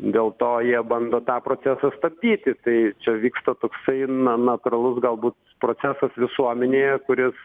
dėl to jie bando tą procesą stabdyti tai čia vyksta toksai na natūralus galbūt procesas visuomenėje kuris